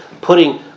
putting